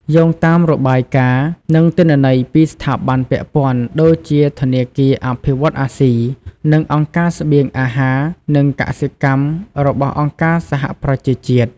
យោងតាមរបាយការណ៍ និងទិន្នន័យពីស្ថាប័នពាក់ព័ន្ធ ដូចជាធនាគារអភិវឌ្ឍន៍អាស៊ី និងអង្គការស្បៀងអាហារ និងកសិកម្មរបស់អង្គការសហប្រជាជាតិ។